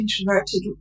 introverted